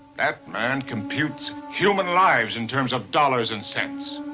that man computes human lives in terms of dollars and cents.